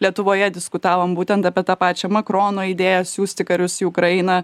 lietuvoje diskutavom būtent apie tą pačią makrono idėją siųsti karius į ukrainą